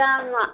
ꯆꯥꯝꯃ